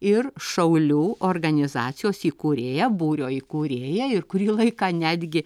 ir šaulių organizacijos įkūrėja būrio įkūrėja ir kurį laiką netgi